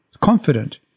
confident